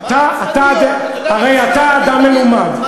הרי אתה אדם מלומד,